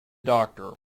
doctor